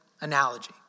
analogy